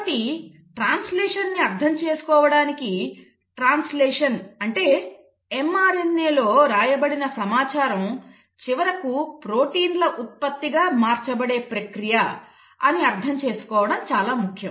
కాబట్టి ట్రాన్స్లేషన్ ని అర్థం చేసుకోవడానికి ట్రాన్స్లేషన్ అంటే mRNAలో వ్రాయబడిన సమాచారం చివరకు ప్రొటీన్ల ఉత్పత్తిగా మార్చబడే ప్రక్రియ అని అర్థం చేసుకోవడం చాలా ముఖ్యం